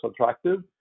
attractive